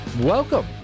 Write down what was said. Welcome